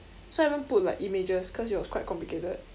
so I even put like images cause it was quite complicated